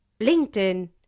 LinkedIn